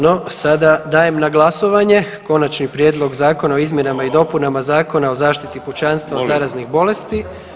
No, sada dajem na glasovanje Konačni prijedlog zakona o izmjenama i dopunama Zakona o zaštiti pučanstva od zaraznih bolesti.